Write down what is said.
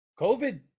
covid